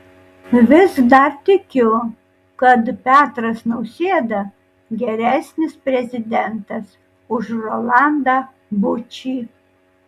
vis dar tikiu kad petras nausėda geresnis prezidentas už rolandą bučį